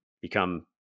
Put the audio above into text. become